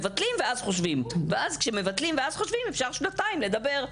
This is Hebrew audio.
מבטלים ואז חושבים, ואז אפשר שנתיים לדבר.